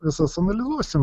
visas analizuosim